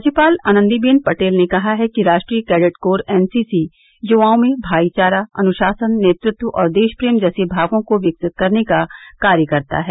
राज्यपाल आनंदीबेन पटेल ने कहा है कि राष्ट्रीय कैडेट कोर एनसीसी युवाओं में भाईचारा अनुशासन नेतृत्व और देशप्रेम जैसे भावों को विकसित करने का कार्य करता है